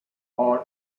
all